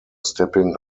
stepping